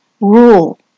rule